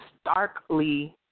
starkly